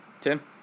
Tim